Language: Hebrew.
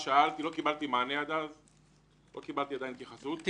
שאלתי על זה אז ולא קיבלתי עדיין התייחסות ומענה.